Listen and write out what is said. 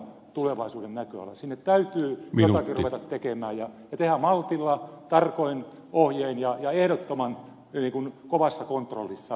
sinne täytyy jotakin ruveta tekemään ja tehdä maltilla tarkoin ohjein ja ehdottoman kovassa kontrollissa